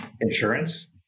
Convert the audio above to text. insurance